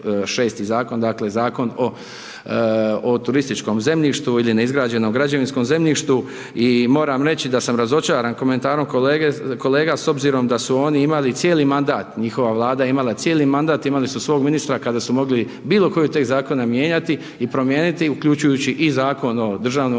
dakle Zakon o turističkom zemljištu ili neizgrađenom građevinskom zemljištu. I moram reći da sam razočaran komentarom kolega s obzirom da su oni imali cijeli mandat, njihova Vlada je imala cijeli mandat, imali su svog ministra kada su mogli bilo koji tekst zakona mijenjati i promijeniti uključujući i Zakon o državnoj